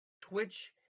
Twitch